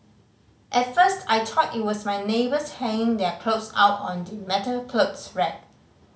at first I thought it was my neighbours hanging their clothes out on the metal clothes rack